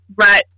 right